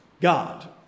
God